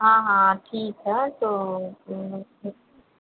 हाँ हाँ ठीक है तो